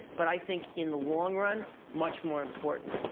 but i think in the long run much more important.